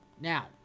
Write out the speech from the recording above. Now